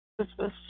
Christmas